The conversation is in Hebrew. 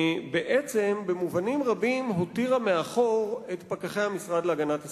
בעצם במובנים רבים היא הותירה מאחור את פקחי המשרד להגנת הסביבה.